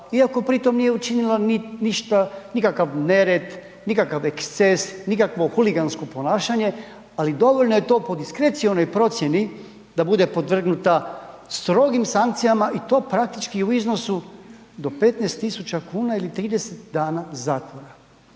iako pri tome nije učinila ništa, nikakav nered, nikakav eksces, nikakvo huligansko ponašanje, ali dovoljno je to po diskrecionoj procjeni da bude podvrgnuta strogim sankcijama i to praktički u iznosu do 15.000 kuna ili 30 dana zatvora.